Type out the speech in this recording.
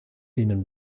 dienen